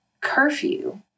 curfew